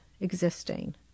existing